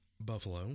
Buffalo